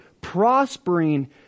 prospering